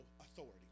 authority